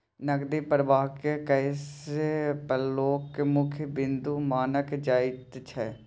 नकदी प्रवाहकेँ कैश फ्लोक मुख्य बिन्दु मानल जाइत छै